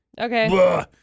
Okay